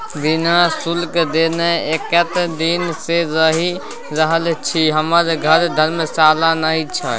बिना शुल्क देने एतेक दिन सँ रहि रहल छी हमर घर धर्मशाला नहि छै